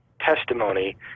testimony